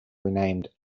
renamed